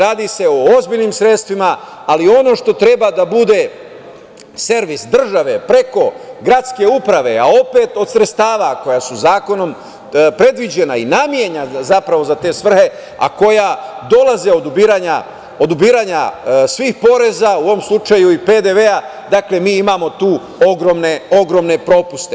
Radi se o ozbiljnim sredstvima, ali ono što treba da bude servis države, preko gradske uprave, a opet od sredstva koja su zakonom predviđena i namenjena zapravo za te svrhe, a koja dolaze od ubiranja svih poreza, u ovom slučaju i PDV-a, dakle mi imamo tu ogromne propuste.